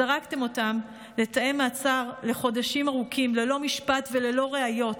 זרקתם אותם לתאי מעצר לחודשים ארוכים ללא משפט וללא ראיות.